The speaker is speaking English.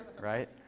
right